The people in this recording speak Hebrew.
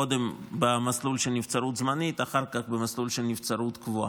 קודם במסלול של נבצרות זמנית ואחר כך במסלול של נבצרות קבועה.